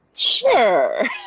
Sure